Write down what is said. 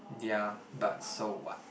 yeah but so what